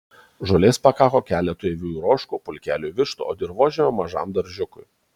žolės pakako keletui avių ir ožkų pulkeliui vištų o dirvožemio mažam daržiukui